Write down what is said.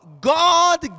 God